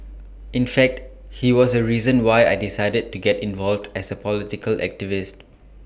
in fact he was A reason why I decided to get involved as A political activist